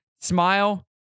smile